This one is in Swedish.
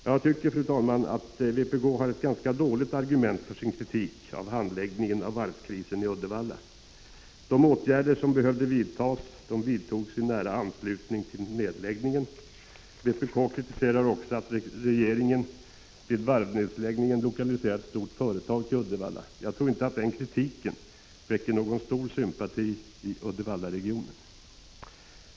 Jag tycker att vpk har ganska dåliga argument för sin kritik av handläggningen av varvskrisen i Uddevalla. De åtgärder som behövde vidtas vidtogs i nära anslutning till nedläggningen. Vpk kritiserar också att regeringen vid varvsnedläggningen lokaliserade ett stort företag till Uddevalla. Jag tror inte att den kritiken väcker någon stor sympati i Uddevallaregionen.